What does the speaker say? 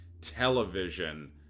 television